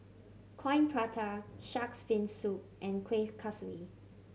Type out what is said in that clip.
Coin Prata Shark's Fin Soup and Kueh Kaswi